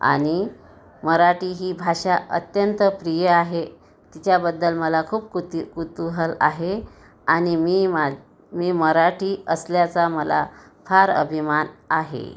आणि मराठी ही भाषा अत्यंत प्रिय आहे तिच्याबद्दल मला खूप कुति कुतूहल आहे आणि मी मी मराठी असल्याचा फार अभिमान आहे